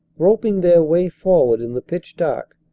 groping their way for ward in the pitch dark,